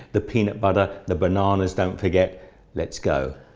the peanut butter, the bananas don't forget let's go,